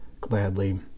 gladly